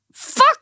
Fuck